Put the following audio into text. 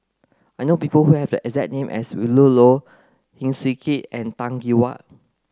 I know people who have a exact name as Willin Low Heng Swee Keat and Tan Gee Paw